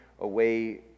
away